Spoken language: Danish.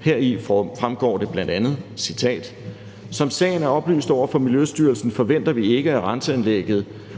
Heri fremgår det bl.a., og jeg citerer: Som sagen er oplyst over for Miljøstyrelsen forventer vi ikke, at